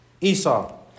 Esau